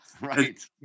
Right